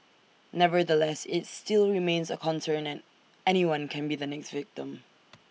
nevertheless IT still remains A concern and anyone can be the next victim